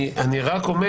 אני רק אומר